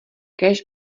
kéž